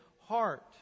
heart